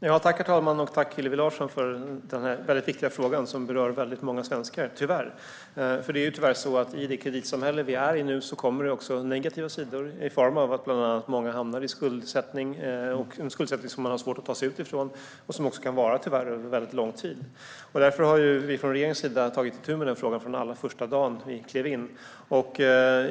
Herr talman! Tack, Hillevi Larsson, för denna viktiga fråga, som tyvärr berör väldigt många svenskar! Med det kreditsamhälle vi har nu kommer också negativa sidor, bland annat i form av att många hamnar i skuldsättning som de har svårt att ta sig ur och som tyvärr kan vara under lång tid. Regeringen har tagit itu med denna fråga från allra första dagen vi klev in.